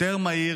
יותר מהיר,